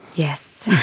yes.